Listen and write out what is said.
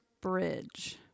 Bridge